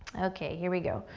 ok, here we go.